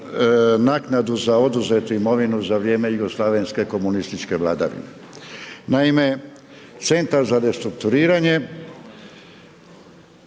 naknadu za oduzetu imovinu za vrijeme jugoslavenske komunističke vladavine. Naime, Centar za restrukturiranje,